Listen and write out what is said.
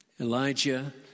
Elijah